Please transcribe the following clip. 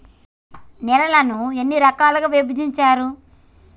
నేలలను ఎన్ని రకాలుగా విభజించారు?